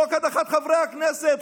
חוק הדחת חברי הכנסת,